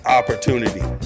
opportunity